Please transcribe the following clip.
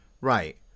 right